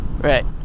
Right